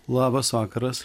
labas vakaras